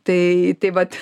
tai tai vat